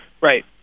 Right